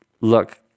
look